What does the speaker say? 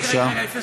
בבקשה.